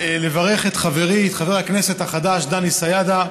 לברך את חברי, את חבר הכנסת החדש דני סידה.